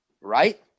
right